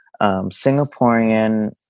Singaporean